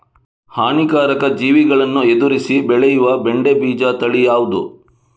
ಹಾನಿಕಾರಕ ಜೀವಿಗಳನ್ನು ಎದುರಿಸಿ ಬೆಳೆಯುವ ಬೆಂಡೆ ಬೀಜ ತಳಿ ಯಾವ್ದು?